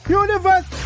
universe